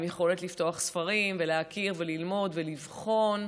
יכולת לפתוח ספרים ולהכיר וללמוד ולבחון,